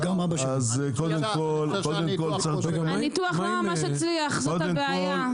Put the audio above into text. הניתוח לא ממש הצליח זאת הבעיה.